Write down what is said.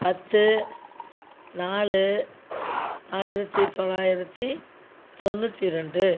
பத்து நாலு ஆயிரத்தி தொள்ளாயிரத்தி தொண்ணுற்றி ரெண்டு